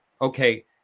okay